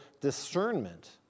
discernment